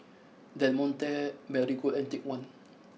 Del Monte Marigold and Take One